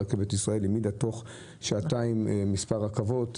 רכבת ישראל העמידה תוך שעתיים מספר רכבות.